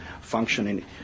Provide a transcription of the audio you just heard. functioning